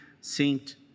saint